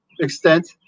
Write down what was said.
extent